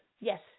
Yes